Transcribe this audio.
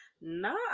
No